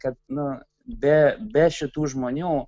kad nu be be šitų žmonių